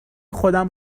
خودم